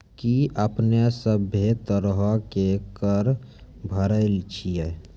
कि अपने सभ्भे तरहो के कर भरे छिये?